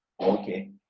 okay